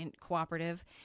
cooperative